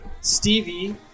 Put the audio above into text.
Stevie